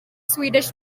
swedish